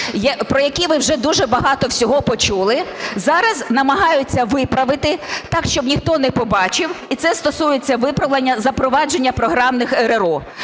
про які ви вже дуже багато всього почули, зараз намагаються виправити так, щоб ніхто не побачив, і це стосується виправлення запровадження програмних РРО.